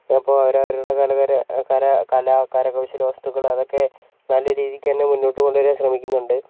അപ്പോൾ അവരവരുടെ കരകരാ കര കല കരകൗശല വസ്തുക്കൾ അതൊക്കെ നല്ല രീതിക്കുതന്നെ മുന്നോട്ട് കൊണ്ടുവരാൻ ശ്രമിക്കുന്നുണ്ട്